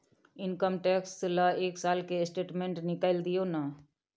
Income tax ल एक साल के स्टेटमेंट निकैल दियो न?